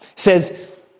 says